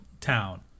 town